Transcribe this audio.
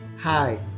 Hi